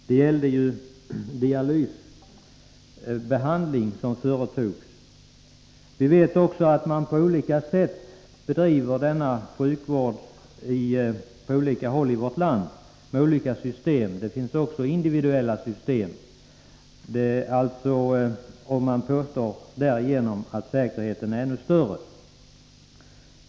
Det gällde i det här fallet dialysbehandling. Denna sjukvård bedrivs på olika sätt på olika håll i vårt land. Man har olika system, bl.a. individuella system, i vilka säkerheten påstås vara större.